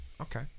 okay